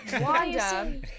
Wanda